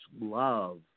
love